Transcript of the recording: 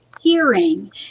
hearing